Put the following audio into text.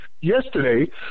Yesterday